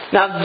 Now